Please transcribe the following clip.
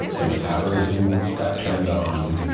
the metabolism got turned on,